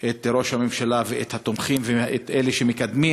את ראש הממשלה ואת התומכים ואת אלה שמקדמים